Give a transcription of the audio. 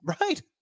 Right